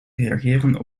reageren